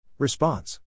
Response